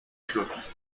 fluss